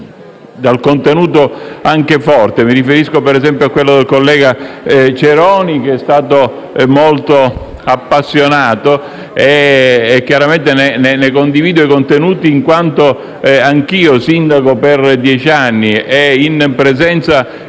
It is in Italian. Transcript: dal contenuto anche forte: mi riferisco, per esempio, a quello del collega Ceroni, che è stato molto appassionato e di cui chiaramente condivido i contenuti, in quanto anch'io sono stato sindaco per dieci anni, come i tanti